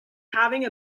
having